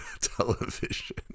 television